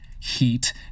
heat